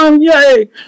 yay